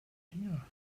here